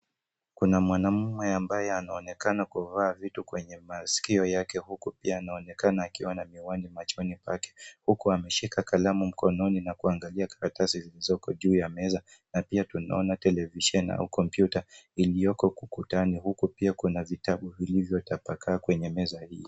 Kuna mwanaume ambaye anaonekana kuvaa vitu kwenye masikio yake uku pia anaonekana akiwa na miwani machoni pake uku ameshika kalamu mkononi na kuangalia karatasi zilizoko juu ya meza. Na pia tunaona televisheni au kompyuta ilioko ukutani uku pia kuna vitabu vilivyotapakaa kwenye meza hii.